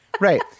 Right